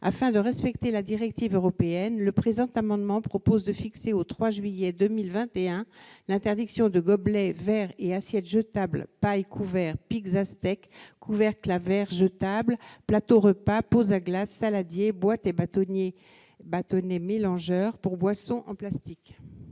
Afin de respecter la directive européenne, le présent amendement vise à fixer au 3 juillet 2021 l'interdiction des gobelets, verres et assiettes jetables, ainsi que des pailles, couverts, piques à steak, couvercles à verre jetables, plateaux-repas, pots à glace, saladiers, boîtes et bâtonnets mélangeurs pour boissons en plastique.